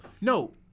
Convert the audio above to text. No